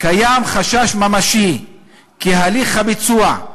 קיים חשש ממשי כי הליך הביצוע,